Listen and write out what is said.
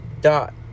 dot